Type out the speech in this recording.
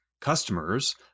customers